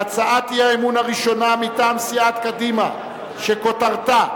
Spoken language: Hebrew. להצעת האי-אמון הראשונה מטעם סיעת קדימה, שכותרתה: